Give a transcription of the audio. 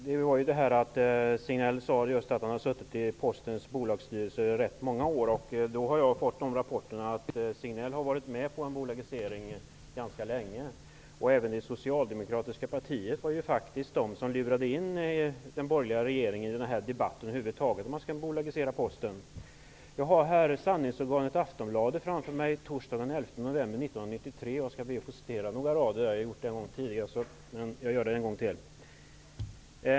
Herr talman! Signell sade just att han har suttit i Postens bolagstyrelse under ganska många år. Jag har fått rapporter om att Signell ganska länge har varit med på en bolagisering. Det var faktiskt det socialdemokratiska partiet som lurade in regeringen i en debatt om huruvida Posten över huvud taget skulle bolagiseras. Framför mig har jag sanningsorganet Aftonbladet från torsdagen den 11 november 1993. Jag skall be att få citera några rader, vilket jag tidigare har gjort, men jag gör det ytterligare en gång.